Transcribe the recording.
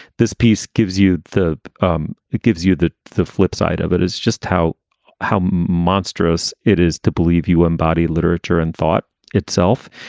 this piece gives you the um it gives you that. the flipside of it is just how how monstrous it is to believe you embody literature and thought itself.